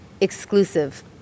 exclusive